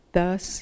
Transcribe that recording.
Thus